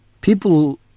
People